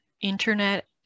internet